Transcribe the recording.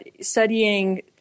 studying